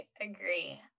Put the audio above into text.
agree